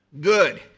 good